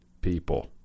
people